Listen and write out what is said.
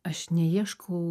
aš neieškau